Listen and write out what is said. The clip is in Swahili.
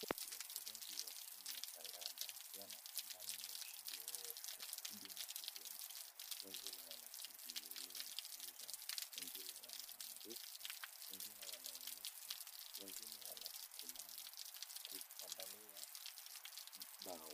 Wachezaji wa timu ya kandanda wanapambania ushindi wao kwa udi na uvumba. Wengine wanakimbilia mpira, wengine wanaanguka wengine wanainuka, wengine wanasukumana kupambania bao.